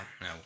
no